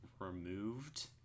removed